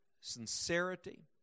sincerity